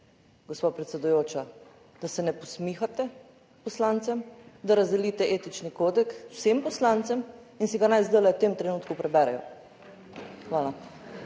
gospa predsedujoča, da se ne posmihate poslancem, da razdelite etični kodeks vsem poslancem in si ga naj zdajle v tem trenutku preberejo. Hvala.